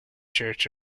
church